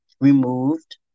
removed